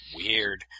weird